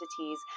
entities